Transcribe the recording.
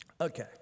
Okay